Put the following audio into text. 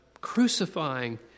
crucifying